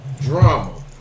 drama